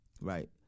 right